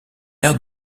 aire